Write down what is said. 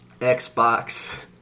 Xbox